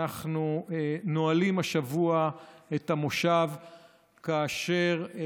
אנחנו נועלים השבוע את המושב ואנחנו